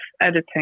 editing